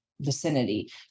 vicinity